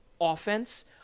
offense